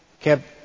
kept